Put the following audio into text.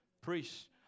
priests